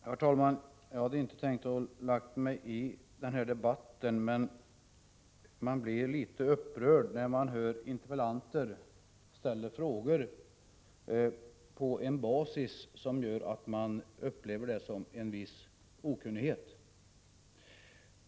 Herr talman! Jag hade inte tänkt lägga mig i den här debatten, men jag blir litet upprörd när jag hör interpellanter ställa frågor på en basis som framstår som en viss okunnighet.